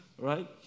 Right